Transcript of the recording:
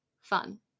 fun